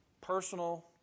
Personal